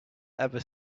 ever